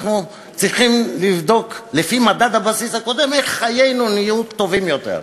אנחנו צריכים לבדוק לפי מדד הבסיס הקודם איך חיינו נהיו טובים יותר.